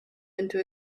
into